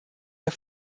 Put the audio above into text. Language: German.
der